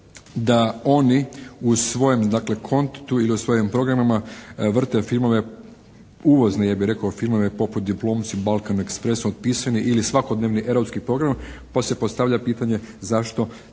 se ne razumije./ ili u svojim programima vrte filmove, uvozne ja bih rekao filmove poput "Diplomci", "Balkan express", "Otpisani" ili svakodnevni erotski program pa se postavlja pitanje zašto